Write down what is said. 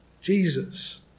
Jesus